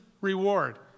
reward